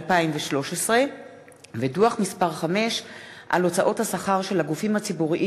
2013. דוח מס' 5 על הוצאות השכר של הגופים הציבוריים